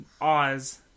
Oz